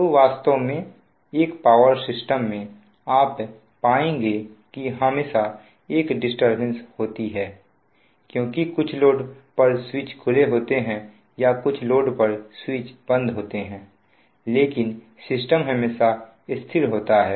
तो वास्तव में एक पावर सिस्टम में आप पाएंगे कि हमेशा एक डिस्टरबेंस होती है क्योंकि कुछ लोड पर स्विच खुले होते हैं या कुछ लोड पर स्विच बंद होते हैं लेकिन सिस्टम हमेशा स्थिर होते हैं